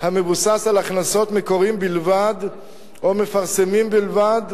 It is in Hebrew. המבוסס על הכנסות מקוראים בלבד או ממפרסמים בלבד,